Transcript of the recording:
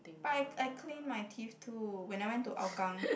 but I I clean my teeth too when I went to Hougang